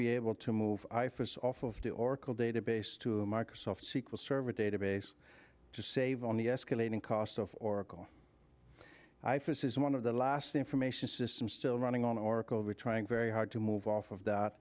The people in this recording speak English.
be able to move ifas off of the oracle database to a microsoft sequel server database to save on the escalating cost of oracle ifas is one of the last information systems still running on oracle we're trying very hard to move off of that